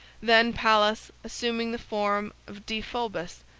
then pallas, assuming the form of deiphobus,